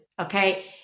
Okay